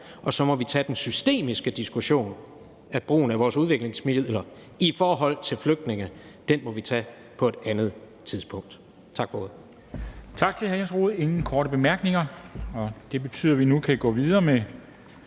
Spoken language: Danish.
Og så må vi tage den systemiske diskussion af brugen af vores udviklingsmidler i forhold til flygtninge på et andet tidspunkt. Tak for